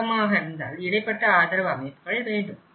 செவ்வகமாக இருந்தால் இடைப்பட்ட ஆதரவு அமைப்புகள் வேண்டும்